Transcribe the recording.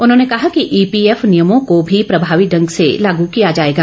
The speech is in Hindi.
उन्होंने कहा कि ईपीएफ नियमों को भी प्रभावी ढंग से लागू किया जाएगा